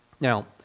Now